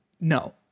No